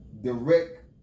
direct